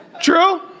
true